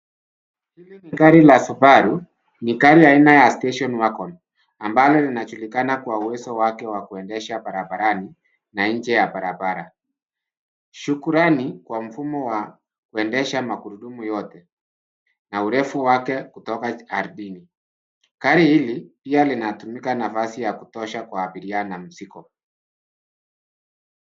Hili ni gari la subaru. Ni gari aina ya Station Wagon, ambalo linajulikana kwa uwezo wake wa kundesha barabarani na nje ya barabara. Shukurani kwa mfumo wa kuendesha magurudumu yote, na urefu wake kutoka ardhini. Gari hili pia linatumika nafasi ya kutosha kwa abiria na mzigo.